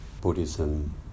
Buddhism